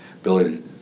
ability